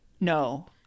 no